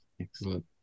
Excellent